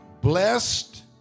Blessed